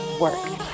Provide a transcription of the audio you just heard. work